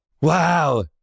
Wow